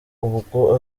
ubwo